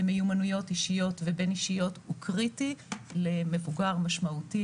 למיומנויות אישיות ובין-אישיות הוא קריטי למבוגר משמעותי